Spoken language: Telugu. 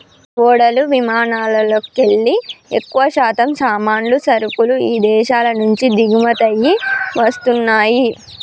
ఓడలు విమానాలల్లోకెల్లి ఎక్కువశాతం సామాన్లు, సరుకులు ఇదేశాల నుంచి దిగుమతయ్యి వస్తన్నయ్యి